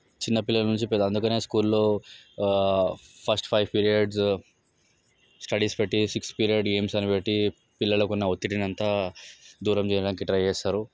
చిన్న పిల్లల నుంచి పెద్ద అందుకని స్కూల్లో ఫస్ట్ ఫైవ్ పీరియడ్స్ స్టడీస్ పెట్టి సిక్స్త్ పీరియడ్ గేమ్స్ అని పెట్టి పిల్లలకు ఉన్న ఒత్తిడిని అంతా దూరం చేయడానికి ట్రై చేస్తారు